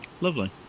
Lovely